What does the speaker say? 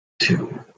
Two